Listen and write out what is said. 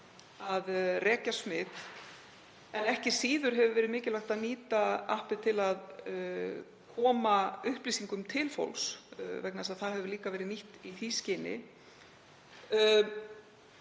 að rekja smit. En ekki síður hefur verið mikilvægt að nýta appið til að koma upplýsingum til fólks, vegna þess að það hefur líka verið nýtt í því skyni.